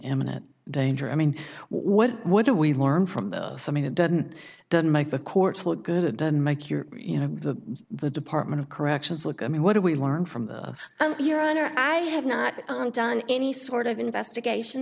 imminent danger i mean what what do we learn from the something that doesn't doesn't make the courts look good it doesn't make your you know the the department of corrections look i mean what do we learn from your honor i have not done any sort of investigation